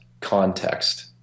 context